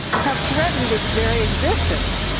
have threatened its very existence